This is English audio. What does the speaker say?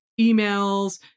emails